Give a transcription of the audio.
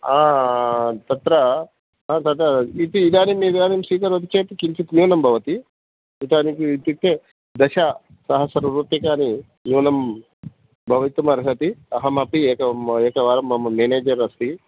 तत्र तत् इति इदानीम् इदानीं स्वीकरोति चेत् किञ्चित् न्यूनं भवति इदानीं इत्युक्ते दशसहस्ररूप्यकाणि न्यूनं भवितुम् अर्हति अहमपि एकवारं मम मेनेजर् अस्ति